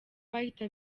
bahita